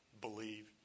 believe